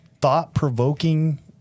thought-provoking